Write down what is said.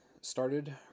started